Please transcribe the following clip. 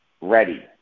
ready